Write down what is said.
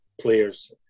players